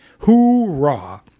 Hoorah